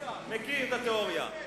אני מכיר את התיאוריה.